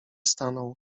stanął